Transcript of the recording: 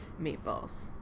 meatballs